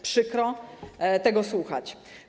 Przykro tego słuchać.